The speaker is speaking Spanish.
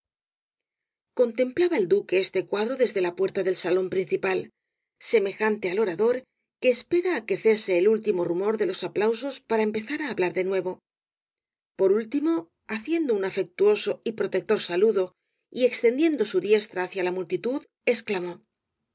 contemplaba el duque este cuadro desde la puerta del salón principal semejante al orador que espera á que cese el último rumor de los aplausos para empezar á hablar de nuevo por último haciendo un el caballero de las botas azules i afectuoso y protector saludo y extendiendo su diestra hacia la multitud exclamó